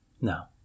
No